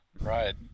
right